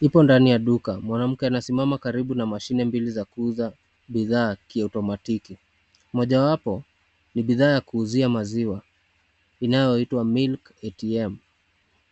Ipo ndani ya duka, mwanamke anasimama karibu na mashine mbili za kuuza bidhaa kiotomatiki. Mojawapo ni bidhaa ya kuuzia maziwa inayoitwa Milk ATM .